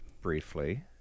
briefly